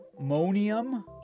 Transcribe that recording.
Ammonium